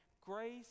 grace